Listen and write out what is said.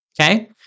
okay